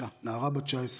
נערה בת 19,